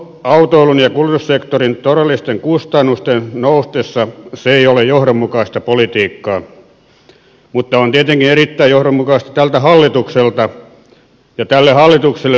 autoilun ja kuljetussektorin todellisten kustannusten noustessa se ei ole johdonmukaista politiikkaa mutta on tietenkin erittäin johdonmukaista tältä hallitukselta ja tälle hallitukselle linjan mukaista